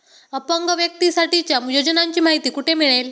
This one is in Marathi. अपंग व्यक्तीसाठीच्या योजनांची माहिती कुठे मिळेल?